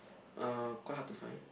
uh quite hard to find